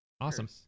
Awesome